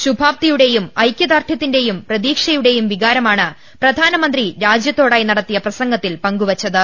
ശുഭാപ്തിയുടെയും ഐക്യദാർഢ്യ ത്തിന്റെയും പ്രതീക്ഷയുടെയും വികാരമാണ് പ്രധാനമന്ത്രി രാജ്യ ത്തോടായി നടത്തിയ പ്രസംഗത്തിൽ പങ്കുവെച്ചത്